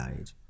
age